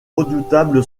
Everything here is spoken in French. redoutable